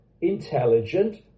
intelligent